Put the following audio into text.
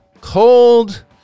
cold